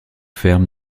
ferme